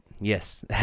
Yes